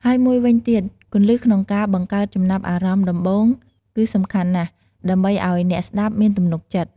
ហើយមួយវិញទៀតគន្លឹះក្នុងការបង្កើតចំណាប់អារម្មណ៍ដំបូងគឺសំខាន់ណាស់ដើម្បីឲ្យអ្នកស្ដាប់មានទំនុកចិត្ត។